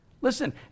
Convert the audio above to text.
Listen